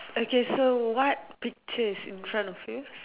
okay so what picture is in front of you